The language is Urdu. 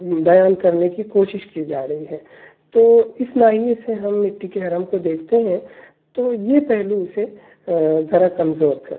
بیان کرنے کی کوشش کی جا رہی ہے تو اس ناحیے سے ہم مٹی کے حرم کو دیکھتے ہیں تو یہ پہلو اسے ذرا کمزور کرتا ہے